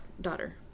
daughter